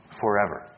forever